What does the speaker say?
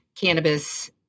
cannabis